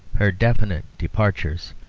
her definite departures,